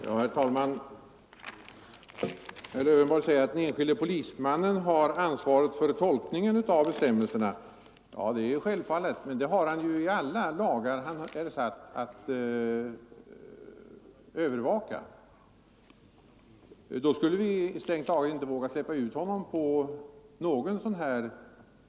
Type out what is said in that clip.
Herr talman! Herr Lövenborg säger att den enskilde polismannen har ansvaret för tolkningen av bestämmelserna. Självfallet, det har han i fråga om alla lagar som han är satt att övervaka. I annat fall skulle vi inte våga släppa ut honom på egen hand.